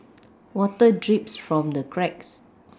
water drips from the cracks